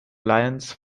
lions